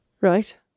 Right